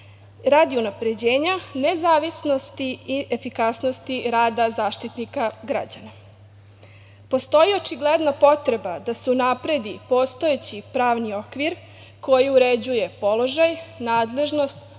radi unapređenja nezavisnosti i efikasnosti rada Zaštitnika građana. Postoji očigledno potreba da se unapredi postojeći pravni okvir koji uređuje položaj, nadležnost,